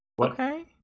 Okay